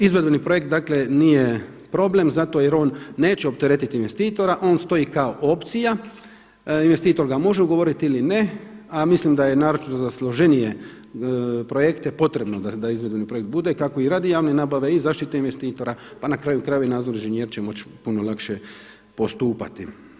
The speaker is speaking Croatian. Izvedbeni projekt dakle nije problem zato jer on neće opteretiti investitora, on stoji kao opcija, investitor ga može ugovoriti ili ne a mislim da je naročito za složenije potrebno da izvedbeni projekt bude kako i radi javne nabave i zaštite investitora pa na kraju krajeva i nadzorni inženjer će moći puno lakše postupati.